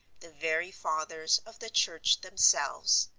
the very fathers of the church themselves.